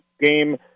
game